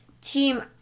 team